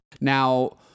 now